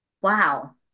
wow